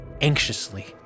anxiously